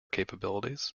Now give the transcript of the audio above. capabilities